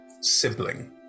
sibling